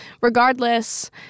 regardless